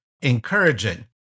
encouraging